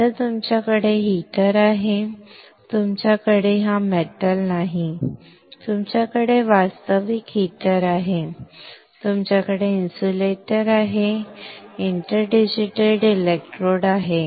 आता तुमच्याकडे हीटर आहे तुमच्याकडे हा धातू नाही तुमच्याकडे वास्तविक हीटर आहे तुमच्याकडे इन्सुलेटर आहे तुमच्याकडे इंटरडिजिटेटेड इलेक्ट्रोड आहेत